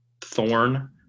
thorn